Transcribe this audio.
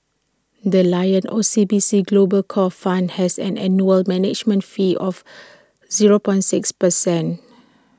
the lion O C B C global core fund has an annual management fee of zero point six percent